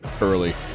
early